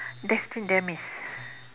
destined demise